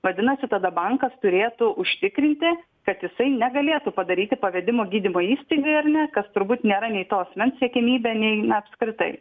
vadinasi tada bankas turėtų užtikrinti kad jisai negalėtų padaryti pavedimo gydymo įstaigai ar ne kas turbūt nėra nei to asmens siekiamybė nei na apskritai